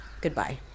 Goodbye